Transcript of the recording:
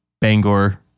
Bangor